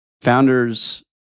Founders